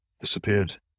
disappeared